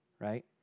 right